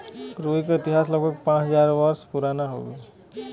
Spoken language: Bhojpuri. रुई क इतिहास लगभग पाँच हज़ार वर्ष पुराना हउवे